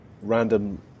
random